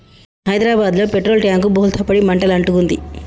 హైదరాబాదులో petrol tank బోల్తా పడి మంటలు అంటుకుంది